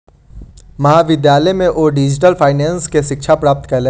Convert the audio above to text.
महाविद्यालय में ओ डिजिटल फाइनेंस के शिक्षा प्राप्त कयलैन